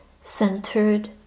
centered